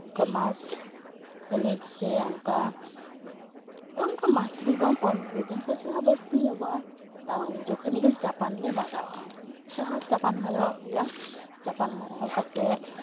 ᱚᱱᱠᱟ ᱢᱟᱥ ᱠᱷᱟᱱᱤᱠ ᱥᱮ ᱚᱱᱠᱟ ᱚᱱᱠᱟ ᱢᱟᱥ ᱨᱮᱫᱚ ᱯᱚᱸᱱᱨᱚ ᱫᱤᱱ ᱠᱷᱚᱱᱟᱜ ᱛᱷᱚᱲᱟ ᱵᱟᱹᱲᱛᱤ ᱧᱚᱜᱚᱜᱼᱟ ᱛᱟᱣ ᱩᱱ ᱡᱚᱠᱷᱚᱡ ᱢᱤᱫ ᱫᱷᱟᱣ ᱪᱟᱯᱟᱱ ᱞᱮ ᱢᱟᱜᱟᱣᱟᱜᱼᱟ ᱥᱟᱦᱟᱨ ᱪᱟᱯᱟᱱ ᱢᱟᱜᱟᱣ ᱦᱩᱭᱩᱜᱼᱟ ᱪᱟᱯᱟᱱ ᱢᱟᱜᱟᱣ ᱠᱟᱛᱮ